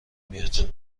میاد